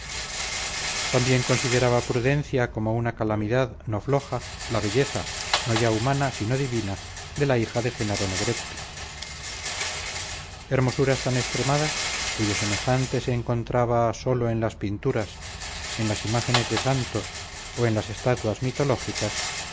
también consideraba prudencia como una calamidad no floja la belleza no ya humana sino divina de la hija de jenaro negretti hermosuras tan extremadas cuyo semejante se encontraba sólo en las pinturas en las imágenes de santos o en las estatuas mitológicas